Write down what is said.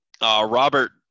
Robert